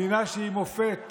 מדינה שהיא מופת.